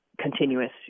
continuous